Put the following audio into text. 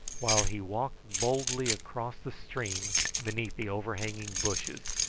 while he walked boldly across the stream beneath the overhanging bushes,